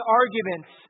arguments